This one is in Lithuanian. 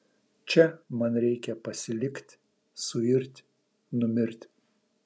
čia man reikia pasilikt suirt numirt